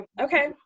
okay